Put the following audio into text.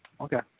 okay